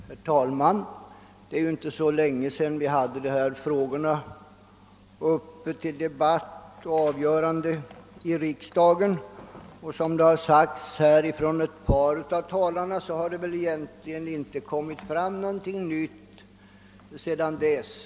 Herr talman! Det är ju inte så länge sedan vi hade de frågor vi nu diskuterar uppe till debatt och till avgörande i riksdagen. Det har väl, såsom påpekats av ett par av de föregående talarna, egentligen inte kommit fram någonting nytt sedan dess.